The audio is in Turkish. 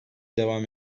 devam